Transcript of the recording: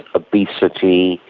obesity,